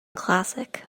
classic